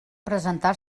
presentar